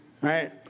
right